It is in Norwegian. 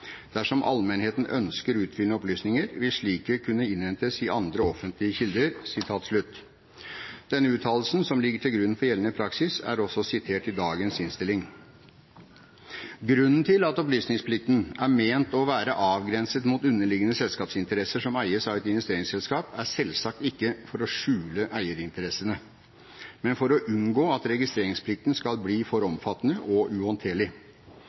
Dersom allmennheten ønsker utfyllende opplysninger vil slike kunne innhentes i andre offentlige kilder.» Denne uttalelsen, som ligger til grunn for gjeldende praksis, er også sitert i dagens innstilling. Grunnen til at opplysningsplikten er ment å være avgrenset mot underliggende selskapsinteresser som eies av et investeringsselskap, er selvsagt ikke at man vil skjule eierinteressene, men at man vil unngå at registreringsplikten skal bli for omfattende og uhåndterlig.